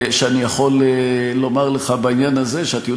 הוא לא רצה את זה והוא לא רצה את